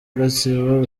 gatsibo